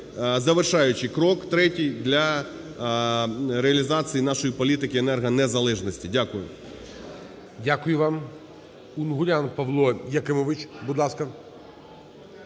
завершаючий крок, третій, для реалізації нашої політики енергонезалежності. Дякую.